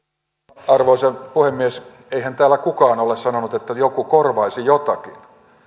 arvoisa puhemies eihän täällä kukaan ole sanonut että että joku korvaisi jotakin